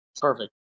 perfect